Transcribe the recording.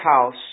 house